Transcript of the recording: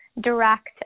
direct